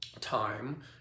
time